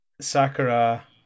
Sakura